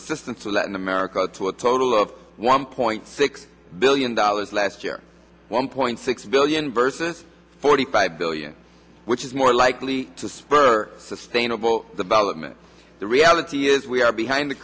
assistance to latin america to a total of one point six billion dollars last year one point six billion versus forty five billion which is more likely to spur sustainable development the reality is we are behind the